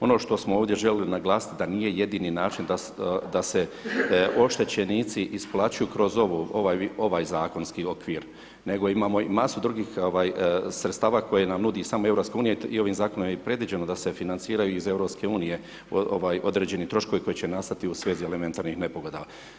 Ono što smo ovdje željeli naglasiti da nije jedini način da se oštećenici isplaćuju kroz ovaj zakonski okvir, nego imamo i masu drugih sredstava koje nam nudi samo EU i ovim zakonom je i predviđeno da se financiraju iz EU, određeni troškovi u svezi elementarnih nepogoda.